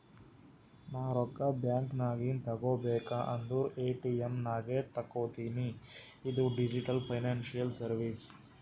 ನಾ ರೊಕ್ಕಾ ಬ್ಯಾಂಕ್ ನಾಗಿಂದ್ ತಗೋಬೇಕ ಅಂದುರ್ ಎ.ಟಿ.ಎಮ್ ನಾಗೆ ತಕ್ಕೋತಿನಿ ಇದು ಡಿಜಿಟಲ್ ಫೈನಾನ್ಸಿಯಲ್ ಸರ್ವೀಸ್